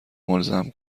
ملزم